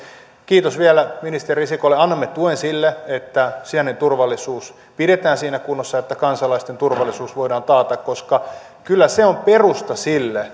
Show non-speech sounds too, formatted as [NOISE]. kiitos vielä ministeri risikolle annamme tuen sille että sisäinen turvallisuus pidetään siinä kunnossa että kansalaisten turvallisuus voidaan taata koska kyllä se on perusta sille [UNINTELLIGIBLE]